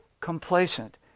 complacent